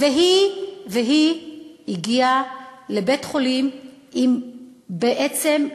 והיא הגיעה לבית-חולים עם בעצם,